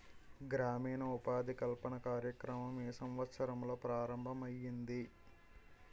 గ్రామీణ ఉపాధి కల్పన కార్యక్రమం ఏ సంవత్సరంలో ప్రారంభం ఐయ్యింది?